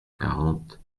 quarante